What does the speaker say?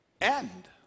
end